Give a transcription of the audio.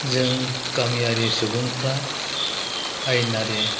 जों गामियारि सुबुंफ्रा आयेनारि